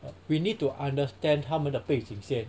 we need to understand 他们的背景先